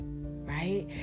right